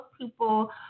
people